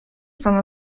pana